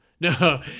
No